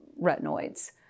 retinoids